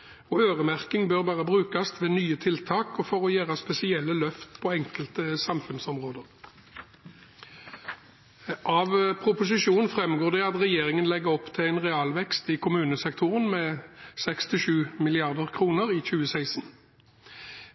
best. Øremerking bør bare brukes ved nye tiltak og for å gjøre spesielle løft på enkelte samfunnsområder. Av proposisjonen framgår det at regjeringen legger opp til en realvekst i kommunesektoren med 6–7 mrd. kr i 2016.